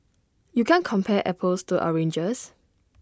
you can't compare apples to oranges